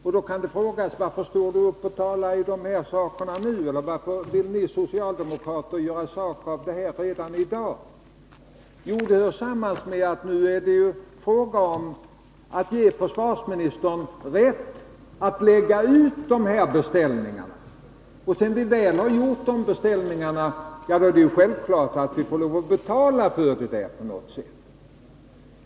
Man kan då fråga: Varför står Eric Holmqvist och talar om de här sakerna nu? Varför vill ni socialdemokrater göra sak av detta redan i dag? Jo, det hör samman med att det nu är fråga om att ge försvarsministern rätt att lägga ut dessa beställningar. Sedan vi väl har gjort detta, är det självklart att vi får lov att betala på något sätt.